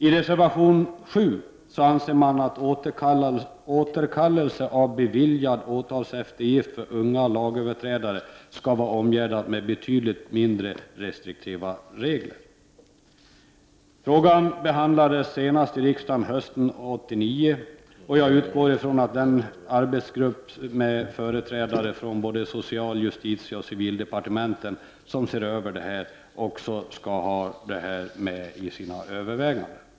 I reservation 7 anser man att återkallelse av beviljad åtalseftergift för unga lagöverträdare skall vara omgärdad av betydligt mindre restriktiva regler. Frågan behandlades senast i riksdagen hösten 1989. Jag utgår ifrån att den arbetsgrupp med företrädare från social-, justitieoch civildepartementen som ser över frågan också skall ha med detta i sina överväganden.